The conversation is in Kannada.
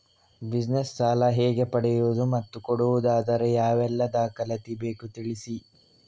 ಬಿಸಿನೆಸ್ ಸಾಲ ಹೇಗೆ ಪಡೆಯುವುದು ಮತ್ತು ಕೊಡುವುದಾದರೆ ಯಾವೆಲ್ಲ ದಾಖಲಾತಿ ಬೇಕು ತಿಳಿಸಿ?